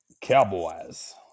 Cowboys